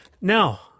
Now